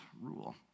rule